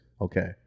okay